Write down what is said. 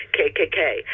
KKK